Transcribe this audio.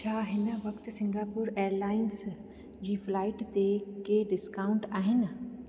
छा हिन वक़्ति सिंगापुर एयरलाइंस जी फ्लाइट ते के डिस्काउंट आहिनि